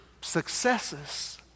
successes